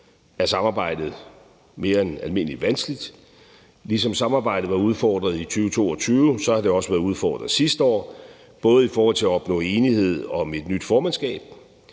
er samarbejdet mere end almindeligt vanskeligt. Ligesom samarbejdet var udfordret i 2022, har det også været udfordret sidste år, både i forhold til at opnå enighed om et nyt formandskab,